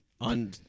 on